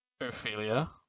Ophelia